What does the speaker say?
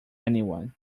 anyone